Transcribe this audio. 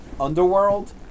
Underworld